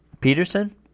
Peterson